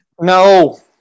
No